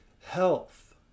health